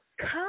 come